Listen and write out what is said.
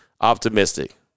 optimistic